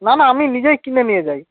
না না আমি নিজেই কিনে নিয়ে যাই